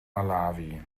malawi